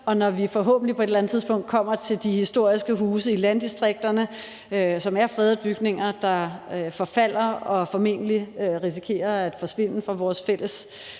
Og når vi forhåbentlig på et eller andet tidspunkt kommer til de historiske huse i landdistrikterne, som er fredede bygninger, der forfalder og formentlig risikerer at forsvinde fra vores fælles